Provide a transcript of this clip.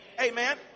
Amen